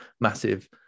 massive